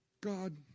God